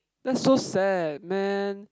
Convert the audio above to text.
that's so sad man